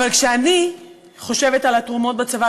כשאני חושבת על התרומות בצבא,